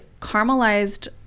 caramelized